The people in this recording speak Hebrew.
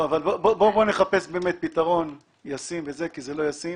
בואו נחפש פתרון ישים, כי כאן זה לא ישים.